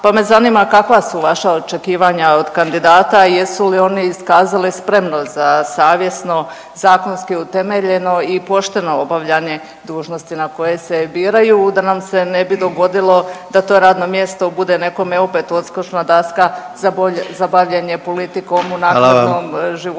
pa me zanima kakva su vaša očekivanja od kandidata i jesu li oni iskazali spremnost za savjesno, zakonski utemeljeno i pošteno obavljanje dužnosti na koje se biraju, da nam se ne bi dogodilo, da to radno mjesto bude nekome opet odskočna daska za bavljenje politikom u .../Upadica: